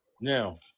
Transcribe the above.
Now